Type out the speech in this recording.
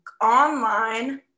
online